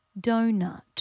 donut